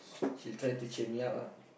she try to cheer me up lah